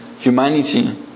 Humanity